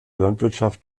landwirtschaft